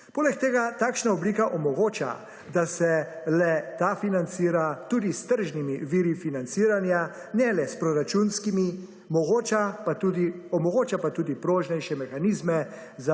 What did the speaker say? Poleg tega takšna oblika omogoča, da se le ta financira tudi s tržnimi viri financiranja, ne le s proračunskimi, omogoča pa tudi prožnejše mehanizme